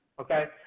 okay